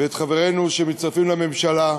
ואת חברינו, שמצטרפים לממשלה.